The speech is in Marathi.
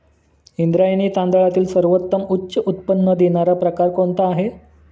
इंद्रायणी तांदळातील सर्वोत्तम उच्च उत्पन्न देणारा प्रकार कोणता आहे?